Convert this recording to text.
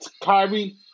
Kyrie